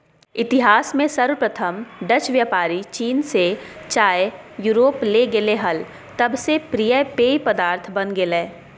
इतिहास में सर्वप्रथम डचव्यापारीचीन से चाययूरोपले गेले हल तब से प्रिय पेय पदार्थ बन गेलय